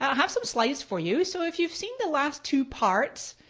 ah have some slides for you. so if you've seen the last two parts,